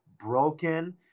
broken